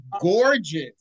gorgeous